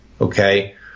Okay